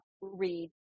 read